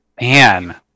Man